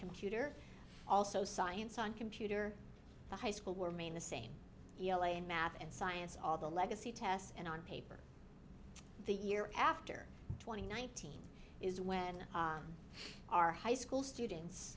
computer also science on computer the high school were main the same math and science all the legacy tests and on paper the year after twenty nineteen is when our high school students